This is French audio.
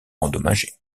endommagés